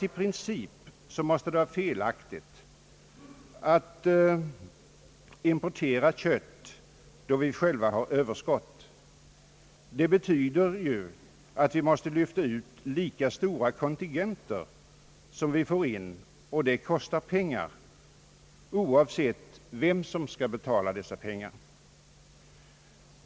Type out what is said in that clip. I princip måste det vara felaktigt att importera kött då vi själva har överskott. Det betyder ju att vi måste lyfta ut lika stora kontingenter som vi får in, och det kostar pengar, oavsett vem som skall betala.